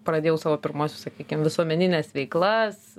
pradėjau savo pirmuosius sakykim visuomenines veiklas